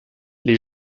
les